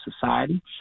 society